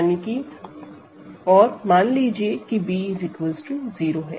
यानी कि और मान लीजिए कि b 0 है